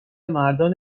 مردان